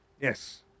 yes